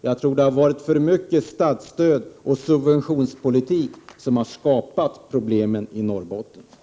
Jag tror att det är för mycket statsstöd och subventionspolitik som har skapat problemen i Norrbotten.